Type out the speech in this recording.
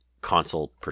console